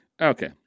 Okay